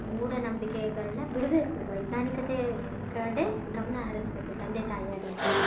ಮೂಢನಂಬಿಕೆಗಳ್ನ ಬಿಡಬೇಕು ವೈಜ್ಞಾನಿಕತೆ ಕಡೆ ಗಮನ ಹರಿಸಬೇಕು ತಂದೆ ತಾಯಿ ಆದಂಥವ್ರು